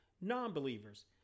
non-believers